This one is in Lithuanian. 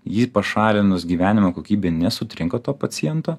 jį pašalinus gyvenimo kokybė nesutrinka to paciento